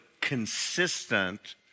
consistent